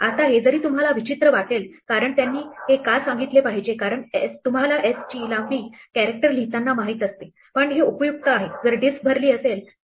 आता हे जरी तुम्हाला विचित्र वाटेल कारण त्यांनी हे का सांगितले पाहिजे कारण तुम्हाला s ची लांबी कॅरेक्टर लिहिताना माहित असते पण हे उपयुक्त आहे जर डिस्क भरली असेल तर